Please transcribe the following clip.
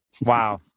Wow